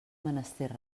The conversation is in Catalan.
menester